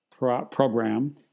program